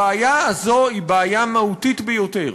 הבעיה הזאת היא בעיה מהותית ביותר,